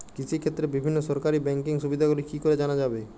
কৃষিক্ষেত্রে বিভিন্ন সরকারি ব্যকিং সুবিধাগুলি কি করে জানা যাবে?